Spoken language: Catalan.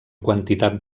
quantitat